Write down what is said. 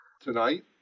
tonight